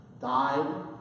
died